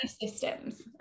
systems